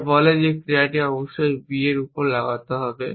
যা বলে যে এই ক্রিয়াটি অবশ্যই b এর উপর একটি লাগাতে হবে